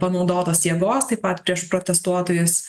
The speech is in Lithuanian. panaudotos jėgos taip pat prieš protestuotojus